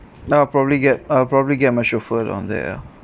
uh I'll probably get I'll probably get my chauffeur on that ya